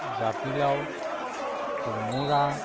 জাতিলাও কোমোৰা